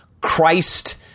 Christ